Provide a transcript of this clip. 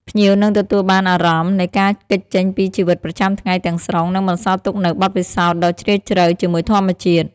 ភ្ញៀវនឹងទទួលបានអារម្មណ៍នៃការគេចចេញពីជីវិតប្រចាំថ្ងៃទាំងស្រុង និងបន្សល់ទុកនូវបទពិសោធន៍ដ៏ជ្រាលជ្រៅជាមួយធម្មជាតិ។